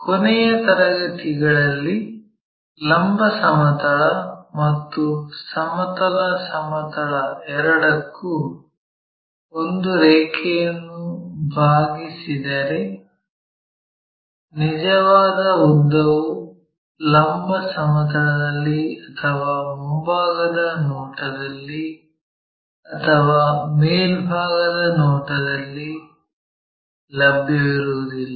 ಕೊನೆಯ ತರಗತಿಗಳಲ್ಲಿ ಲಂಬ ಸಮತಲ ಮತ್ತು ಸಮತಲ ಸಮತಲ ಎರಡಕ್ಕೂ ಒಂದು ರೇಖೆಯನ್ನು ಬಾಗಿಸಿದರೆ ನಿಜವಾದ ಉದ್ದವು ಲಂಬ ಸಮತಲದಲ್ಲಿ ಅಥವಾ ಮುಂಭಾಗದ ನೋಟದಲ್ಲಿ ಅಥವಾ ಮೇಲ್ಭಾಗದ ನೋಟದಲ್ಲಿ ಲಭ್ಯವಿರುವುದಿಲ್ಲ